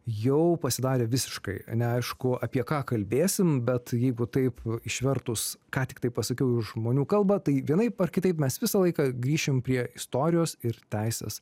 jau pasidarė visiškai neaišku apie ką kalbėsim bet jeigu taip išvertus ką tik tai pasakiau į žmonių kalbą tai vienaip ar kitaip mes visą laiką grįšim prie istorijos ir teisės